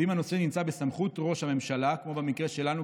ואם הנושא נמצא בסמכות ראש הממשלה" כמו במקרה שלנו,